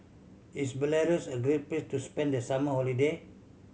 is Belarus a good place to spend the summer holiday